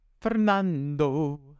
Fernando